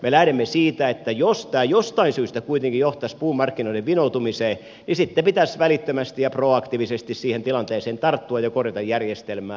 me lähdemme siitä että jos tämä jostain syystä kuitenkin johtaisi puun markkinoiden vinoutumiseen niin sitten pitäisi välittömästi ja proaktiivisesti siihen tilanteeseen tarttua ja korjata järjestelmää